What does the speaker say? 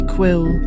Quill